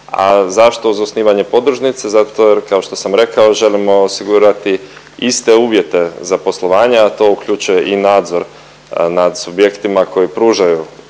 zašto uz osnivanje podružnice. Zato jer kao što sam rekao želimo osigurati iste uvjete za poslovanje, a to uključuje i nadzor nad subjektima koji pružaju